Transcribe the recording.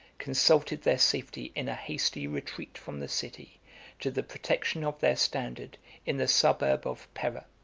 consulted their safety in a hasty retreat from the city to the protection of their standard in the suburb of pera.